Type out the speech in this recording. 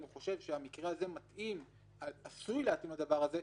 אם הוא חושב שהמקרה הזה עשוי להתאים לדבר הזה,